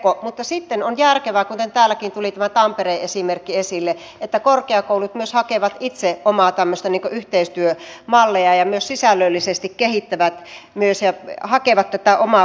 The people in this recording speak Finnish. mutta sitten on järkevää kuten täälläkin tuli tämä tampereen esimerkki esille että korkeakoulut myös hakevat itse omia tämmöisiä yhteistyömalleja ja myös sisällöllisesti kehittävät ja hakevat tätä omaa profiloitumistaan